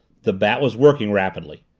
the bat was working rapidly.